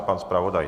Pan zpravodaj.